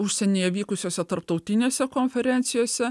užsienyje vykusiose tarptautinėse konferencijose